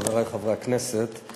חברי חברי הכנסת,